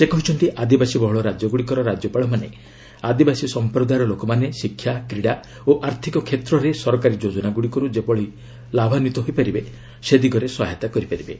ସେ କହିଛନ୍ତି ଆଦିବାସୀବହୁଳ ରାଜ୍ୟଗୁଡ଼ିକର ରାଜ୍ୟପାଳମାନେ ଆଦିବାସୀ ସମ୍ପ୍ରଦାୟର ଲୋକମାନେ ଶିକ୍ଷା କ୍ରୀଡ଼ା ଓ ଆର୍ଥକ କ୍ଷେତ୍ରରେ ସରକାରୀ ଯୋଜନାଗୁଡ଼ିକର୍ ଯେପରି ଲାଭାନ୍ୱିତ ହୋଇପାରିବେ ସେ ଦିଗରେ ସହାୟତା କରିପାରିବେ